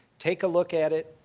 take a look at it.